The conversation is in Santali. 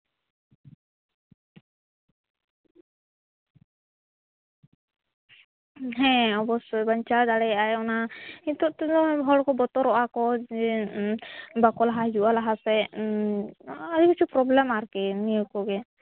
ᱦᱮᱸ ᱚᱵᱳᱥᱥᱳᱭ ᱵᱟᱧᱪᱟᱣ ᱫᱟᱲᱮᱭᱟᱜᱼᱟᱭ ᱚᱱᱟ ᱱᱤᱛᱳᱜ ᱛᱮᱫᱚ ᱦᱚᱲ ᱠᱚ ᱵᱚᱛᱚᱨᱚᱜᱼᱟ ᱠᱚ ᱡᱮ ᱵᱟᱠᱚ ᱞᱟᱦᱟ ᱦᱤᱡᱩᱜᱼᱟ ᱞᱟᱦᱟ ᱥᱮᱫ ᱟᱹᱰᱤ ᱠᱤᱪᱷᱩ ᱯᱨᱚᱵᱽᱞᱮᱢ ᱟᱨᱠᱤ ᱱᱤᱭᱟᱹ ᱠᱚᱜᱮ